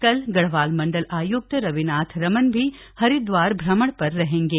कल गढ़वाल मंडल आय्क्त रविनाथ रमन भी हरिद्वार भ्रमण पर रहेंगे